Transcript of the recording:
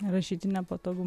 rašyti nepatogu